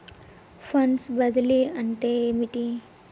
Funds బదిలీ అంటే ఏమిటి?